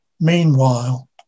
Meanwhile